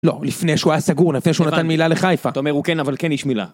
לא, לפני שהוא היה סגור, לפני שהוא נתן מילה לחיפה. אתה אומר, הוא כן, אבל כן איש מילה.